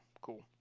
cool